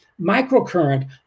Microcurrent